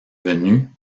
venus